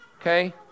Okay